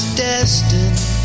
destined